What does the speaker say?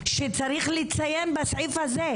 שצריך לציין בסעיף שלכם,